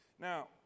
Now